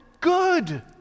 good